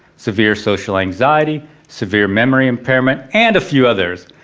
severe social anxiety, severe memory impairment and a few others.